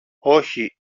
όχι